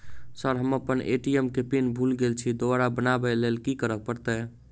Sir हम अप्पन ATM केँ पिन भूल गेल छी दोबारा बनाब लैल की करऽ परतै?